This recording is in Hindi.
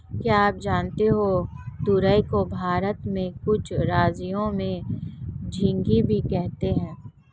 क्या आप जानते है तुरई को भारत के कुछ राज्यों में झिंग्गी भी कहते है?